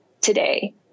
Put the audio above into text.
today